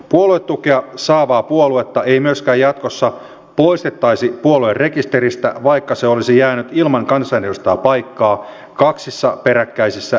puoluetukea saavaa puoluetta ei myöskään jatkossa poistettaisi puoluerekisteristä vaikka se olisi jäänyt ilman kansanedustajapaikkaa kaksissa peräkkäisissä eduskuntavaaleissa